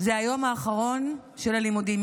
היום האחרון של הלימודים.